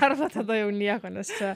arba tada jau nieko nes čia